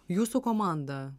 jūsų komanda